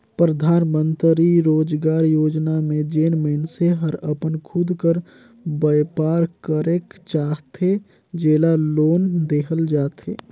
परधानमंतरी रोजगार योजना में जेन मइनसे हर अपन खुद कर बयपार करेक चाहथे जेला लोन देहल जाथे